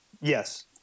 Yes